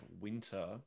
winter